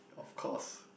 of course